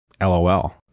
LOL